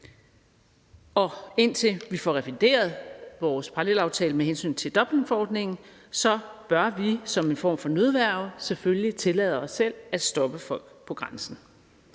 Indtil vi får revideret vores parallelaftale med hensyn til Dublinforordningen, bør vi som en form for nødværge selvfølgelig tillade os selv at stoppe folk ved grænsen.